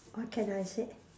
what can I say